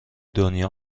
دنیا